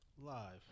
live